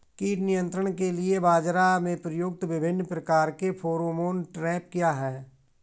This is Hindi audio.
कीट नियंत्रण के लिए बाजरा में प्रयुक्त विभिन्न प्रकार के फेरोमोन ट्रैप क्या है?